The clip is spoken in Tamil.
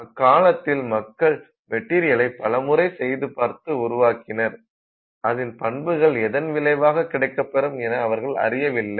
அக்காலத்தில் மக்கள் மெட்டீரியலை பலமுறை செய்து பார்த்து உருவாக்கினர் அதின் பண்புகள் எதன் விளைவாக கிடைக்கப்பெரும் என அவர்கள் அறியவில்லை